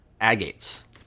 agates